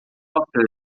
software